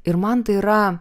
ir man tai yra